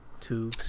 two